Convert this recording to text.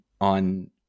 on